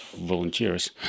volunteers